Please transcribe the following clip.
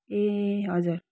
ए हजुर